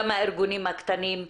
גם הארגונים הקטנים.